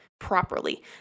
properly